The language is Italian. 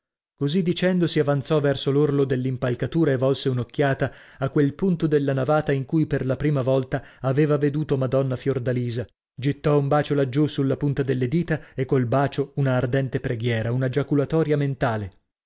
così dicendo si avanzò verso l'orlo dell'impalcatura e volse un'occhiata a quel punto della navata in cui per la prima volta aveva veduto madonna fiordalisa gittò un bacio laggiù sulla punta delle dita e col bacio una ardente preghiera una giaculatoria mentale